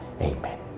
Amen